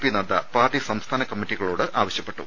P Nadda party സംസ്ഥാന കമ്മിറ്റികളോട് ആവശ്യപ്പെട്ടു